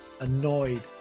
annoyed